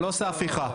אני לא עושה הפיכה.